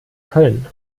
köln